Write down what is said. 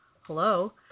hello